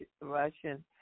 Russian